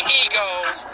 egos